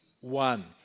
one